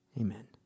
Amen